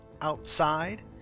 outside